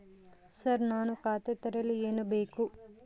Sir ನಾನು ಖಾತೆ ತೆರೆಯಲು ಏನು ಬೇಕು?